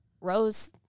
Rose